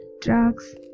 drugs